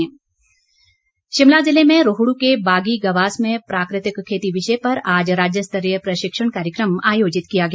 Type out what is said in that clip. प्राकृतिक खेती शिमला जिले में रोहडू के बागी गवास में प्राकृतिक खेती विषय पर आज राज्यस्तरीय प्रशिक्षण कार्यक्रम आयोजित किया गया